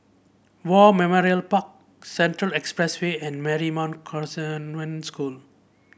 War Memorial Park Central Expressway and Marymount Convent School